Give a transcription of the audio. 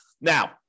Now